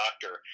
doctor